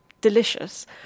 delicious